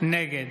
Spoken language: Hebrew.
נגד